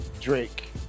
Drake